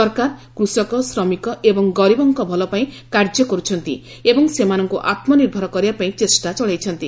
ସରକାର କୃଷକ ଶ୍ରମିକ ଏବଂ ଗରିବଙ୍କ ଭଲ ପାଇଁ କାର୍ଯ୍ୟ କରୁଛନ୍ତି ଏବଂ ସେମାନଙ୍କୁ ଆତ୍ମନିର୍ଭର କରିବା ପାଇଁ ଚେଷ୍ଟା ଚଳାଇଛନ୍ତି